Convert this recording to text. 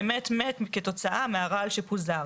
באמת מת כתוצאה מהרעל שפוזר.